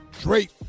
Drake